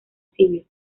civil